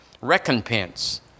recompense